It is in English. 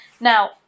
Now